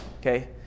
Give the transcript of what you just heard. okay